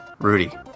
Rudy